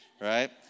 right